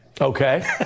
Okay